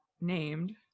named